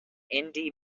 indie